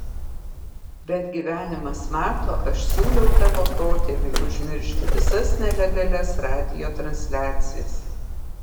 bet gyvenimas mato aš siūliau tavo protėviui užmiršti visas nelegalias radijo transliacijas